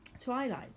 Twilight